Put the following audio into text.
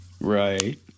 Right